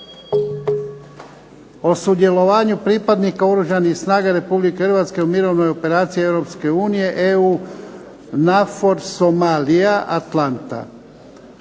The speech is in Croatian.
o sudjelovanju pripadnika Oružanih snaga Republike Hrvatske u mirovnoj operaciji "ATALANTA-NAVFOR-SOMALIJA" sadržana